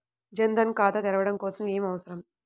జన్ ధన్ ఖాతా తెరవడం కోసం ఏమి అవసరం?